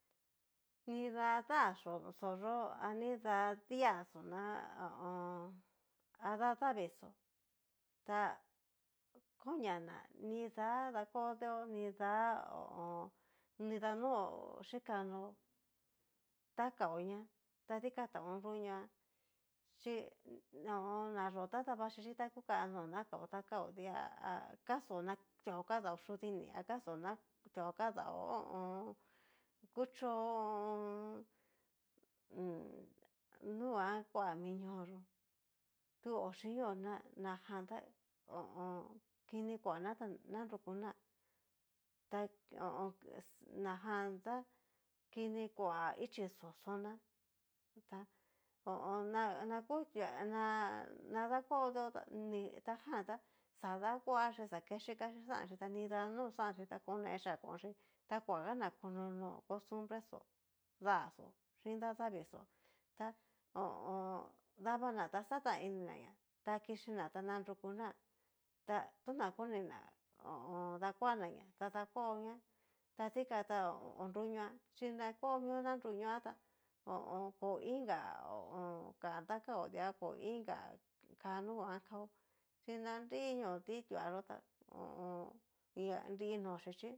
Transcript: Nidá dá'a xó yó anida di'á xó ná ho o on. a dá davii xó konia ná nida dakuao deeo nidá no xhikano ta kaoña ta dikan tá ho nruñoa, chí ho o on. nayó ta davaxhichí ta kukanó na kao ta kao di'a a kastó na tuaó kadao yudini akasto na tuao kada ho o on. kuchó ho o on. nunguan koa mi ñóo yó, tu oxinio na najan tá kini kua ta nanrukuná ha ho o on. es najan tá kini kua ichí xó xóna ta ho o on. na na ku tuá na dakuaó deeo tá ni na tajan ta xa dakuaxhí xa ke xhikachí xanxhí, ta nida no xanxhí ta konechí konchí ta kuagana konono costumbre xó dáxo xhín dadavixó, ta ho o on. davana ta xatán ini naña takixhía ta narukuná ta nota konina ho o on. dakuanaña ta dakuaoña ta dikan ta o nruñoa chí na kuaó mio na nruñoa tá koinga ho o on. kan ta kao di'a, koiinga ka nunguan kao chí na nri no tituaxotá ni anri noxhí chí.